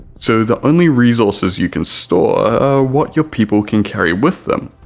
so the only resources you can store are what your people can carry with them.